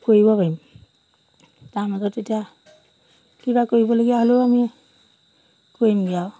কৰিব পাৰিম তাৰ মাজত এতিয়া কিবা কৰিবলগীয়া হ'লেও আমি কৰিমগৈ আৰু